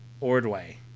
Ordway